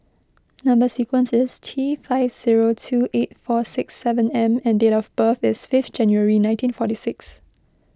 Number Sequence is T five zero two eight four six seven M and date of birth is fifth January nineteen forty six